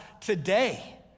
today